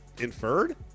inferred